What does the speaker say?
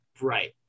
Right